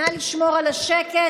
נא לשמור על השקט.